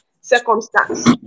circumstance